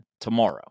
tomorrow